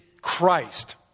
Christ